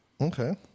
Okay